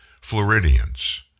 Floridians